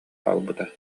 хаалбыта